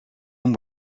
and